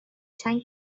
چند